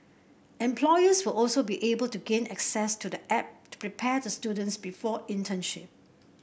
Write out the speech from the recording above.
employers will also be able to gain access to the app to prepare the students before internship